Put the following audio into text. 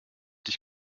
dich